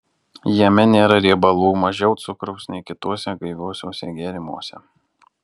jame nėra riebalų mažiau cukraus nei kituose gaiviuosiuose gėrimuose